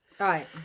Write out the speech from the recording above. Right